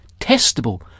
testable